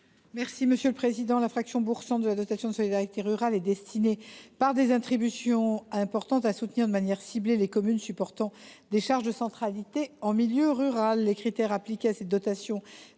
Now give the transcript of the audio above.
du Gouvernement ? La fraction bourg centre de la dotation de solidarité rurale est destinée, par des attributions importantes, à soutenir de manière ciblée les communes supportant des charges de centralité en milieu rural. Les critères qui lui sont